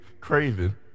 craving